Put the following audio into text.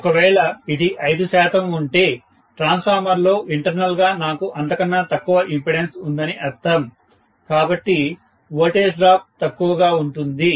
ఒకవేళ ఇది 5 శాతం ఉంటే ట్రాన్స్ఫార్మర్లో ఇంటర్నల్ గా నాకు అంతకన్నా తక్కువ ఇంపెడెన్స్ ఉందని అర్థం కాబట్టి వోల్టేజ్ డ్రాప్ తక్కువగా ఉంటుంది